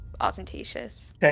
ostentatious